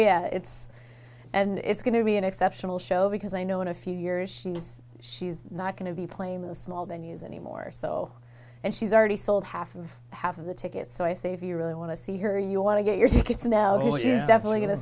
yeah it's and it's going to be an exceptional show because i know in a few years she says she's not going to be playing the small venues anymore so and she's already sold half of half of the tickets so i say if you really want to see her you want to get your tickets now he's definitely going to